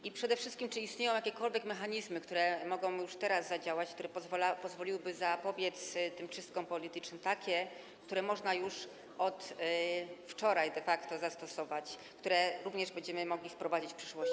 I przede wszystkim czy istnieją jakiekolwiek mechanizmy, które mogą już teraz zadziałać i które pozwoliłyby zapobiec tym czystkom politycznym - takie, które można już od wczoraj de facto zastosować i które również będziemy mogli wprowadzić w przyszłości?